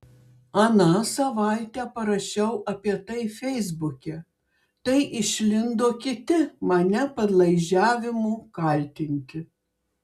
aną savaitę parašiau apie tai feisbuke tai išlindo kiti mane padlaižiavimu kaltinti